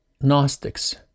Gnostics